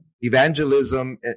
evangelism